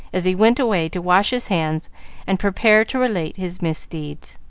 as he went away to wash his hands and prepare to relate his misdeeds.